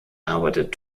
arbeitet